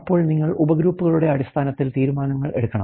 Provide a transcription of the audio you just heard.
അപ്പോൾ നിങ്ങൾ ഉപഗ്രൂപ്പുകളുടെ അടിസ്ഥാനത്തിൽ തീരുമാനങ്ങൾ എടുക്കണം